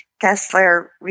Kessler